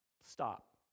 Stop